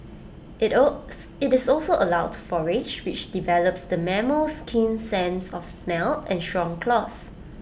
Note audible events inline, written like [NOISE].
IT [UNINTELLIGIBLE] IT is also allowed to forage which develops the mammal's keen sense of smell and strong claws